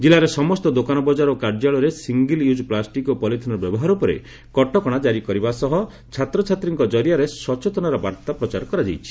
ଜିଲ୍ଲାରେ ସମସ୍ତ ଦୋକାନ ବଜାର ଓ କାର୍ଯ୍ୟାଳୟରେ ସିଙ୍ଗଲ ୟୁଜ୍ ପ୍ଲାଷ୍ଟିକ୍ ଓ ପଲିଥିନ୍ର ବ୍ୟବହାର ଉପରେ କଟକଶା ଜାରି କରିବା ସହ ଛାତ୍ରଛାତ୍ରୀଙ୍କ ଜରିଆରେ ସଚେତନତାର ବାର୍ତ୍ତା ପ୍ରଚାର କରାଯାଇଛି